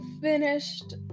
finished